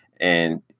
and-